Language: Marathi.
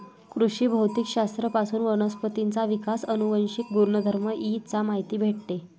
कृषी भौतिक शास्त्र पासून वनस्पतींचा विकास, अनुवांशिक गुणधर्म इ चा माहिती भेटते